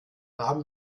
haben